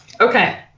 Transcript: Okay